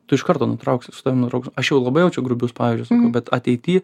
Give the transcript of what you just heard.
tu iš karto nutrauksi su tavim aš jau labai jau čia grubius pavyzdžius bet ateity